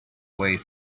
way